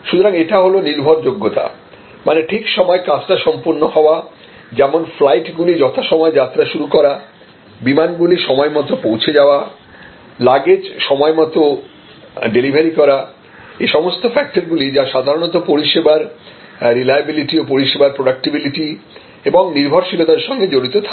সুতরাং এটি হল নির্ভরযোগ্যতা মানে ঠিক সময়ে কাজ টা সম্পন্ন হওয়া যেমনফ্লাইটগুলি যথাসময়ে যাত্রা শুরু করা বিমানগুলি সময়মতো পৌঁছে যাওয়া লাগেজ সময়মতো ডেলিভারি করা এই সমস্ত ফ্যাক্টরগুলো যা সাধারণত পরিষেবার রিলাইবেলিটি ও পরিষেবার প্রেডিক্টএবিলিটি এবং নির্ভরশীলতার সঙ্গে জড়িত থাকে